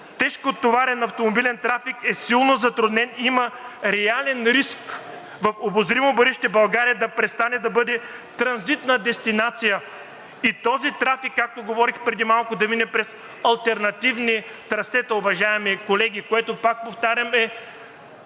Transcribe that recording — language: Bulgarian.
тежкотоварен автомобилен трафик е силно затруднен. Има реален риск в обозримо бъдеще България да престане да бъде транзитна дестинация и този трафик, както говорих преди малко, да мине през алтернативни трасета, уважаеми колеги, което, пак повтарям, е